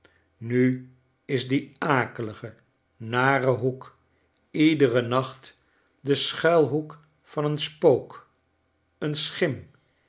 nu is die akelige nare hoek iederen nacht de schuilhoek van een spook een